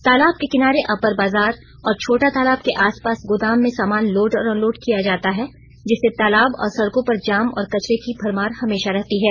तालाब के किनारे अपर बाजार और छोटा तालाब के आसपास गोदाम में सामान लोड और अनलोड किया जाता है जिससे तालाब और सड़कों पर जाम और कचरे की भरमार हमेशा रहती है